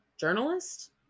Journalist